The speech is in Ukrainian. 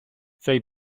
цей